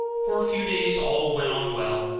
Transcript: for a few days all went on well.